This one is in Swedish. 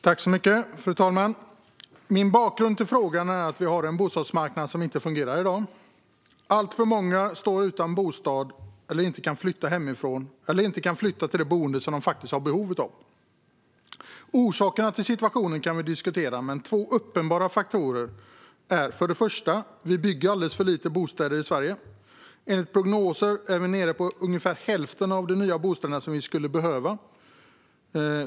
Fru talman! Bakgrunden till min fråga är att vi i dag har en bostadsmarknad som inte fungerar. Det är alltför många som står utan bostad eller som inte kan flytta hemifrån eller till det boende som de faktiskt har behov av. Orsakerna till situationen kan vi diskutera, men två faktorer är uppenbara. Den första är att det byggs alldeles för få bostäder i Sverige. Enligt prognoser är vi nere på ungefär hälften av det antal nya bostäder som vi skulle behöva.